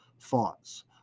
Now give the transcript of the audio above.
Thoughts